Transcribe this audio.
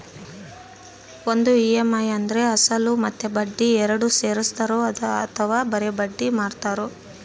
ಒಂದು ಇ.ಎಮ್.ಐ ಅಂದ್ರೆ ಅಸಲು ಮತ್ತೆ ಬಡ್ಡಿ ಎರಡು ಸೇರಿರ್ತದೋ ಅಥವಾ ಬರಿ ಬಡ್ಡಿ ಮಾತ್ರನೋ?